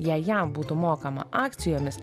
jei jam būtų mokama akcijomis